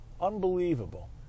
Unbelievable